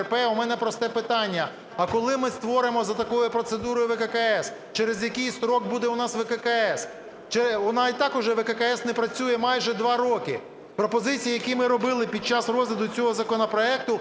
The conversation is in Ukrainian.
У мене просте питання, а коли ми створимо за такою процедурою ВККС? Через який строк буде у нас ВККС? І так вже ВККС не працює майже 2 роки. Пропозиції, які ми робили під час розгляду цього законопроекту,